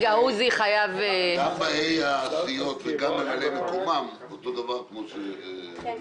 גם באי הסיעות וגם ממלאי מקומם הם אותו דבר כמו --- כן,